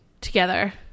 together